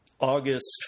August